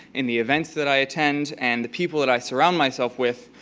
in the events that i attend, and the people that i surround myself with,